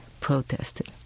protested